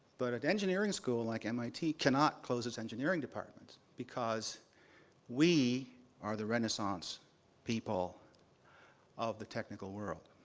but an engineering school, like mit, cannot close its engineering departments, because we are the renaissance people of the technical world.